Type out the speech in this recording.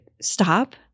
stop